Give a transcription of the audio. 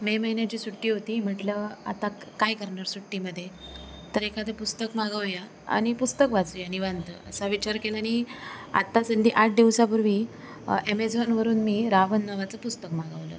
मे महिन्याची सुट्टी होती म्हटलं आता काय करणार सुट्टीमध्ये तर एखादं पुस्तक मागवू या आणि पुस्तक वाचू या निवांत असा विचार केला आणि आत्ताच अगदी आठ दिवसापूर्वी ॲमेझॉनवरून मी रावन नावाचं पुस्तक मागवलं